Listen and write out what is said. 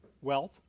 wealth